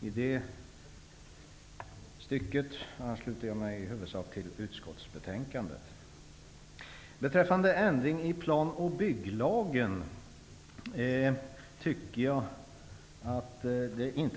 I det avseendet ansluter jag mig huvudsakligen till utskottets betänkande. Beträffande ändring i plan och bygglagen tycker jag inte att